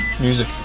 music